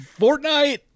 Fortnite